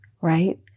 right